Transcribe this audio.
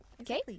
Okay